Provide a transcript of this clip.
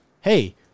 Hey